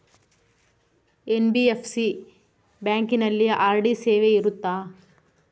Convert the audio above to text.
NBFC ಬ್ಯಾಂಕಿನಲ್ಲಿ RD ಸೇವೆ ಇರುತ್ತಾ?